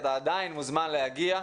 אבל עדיין מוזמן להגיע.